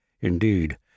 Indeed